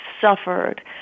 suffered